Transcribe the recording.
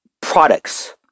products